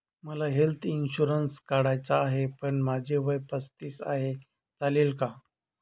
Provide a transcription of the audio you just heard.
मला health insurance काढायचा आहे पण माझे वय पस्तीस आहे, चालेल का?